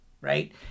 right